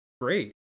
great